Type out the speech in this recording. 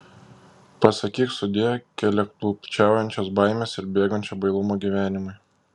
pasakyk sudie keliaklupsčiaujančios baimės ir bėgančio bailumo gyvenimui